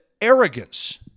arrogance